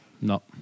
no